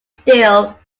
steel